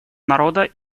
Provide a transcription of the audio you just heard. народа